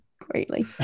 greatly